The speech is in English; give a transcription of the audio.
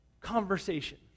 conversation